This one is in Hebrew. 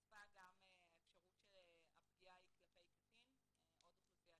גישה כאמור בסעיפים קטנים (א) ו-(ב) תינתן ללקוח במהלך תקופת החוזה,